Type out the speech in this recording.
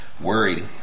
Worried